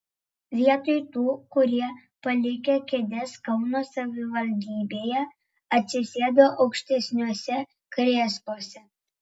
vietoj tų kurie palikę kėdes kauno savivaldybėje atsisėdo aukštesniuose krėsluose